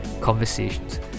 conversations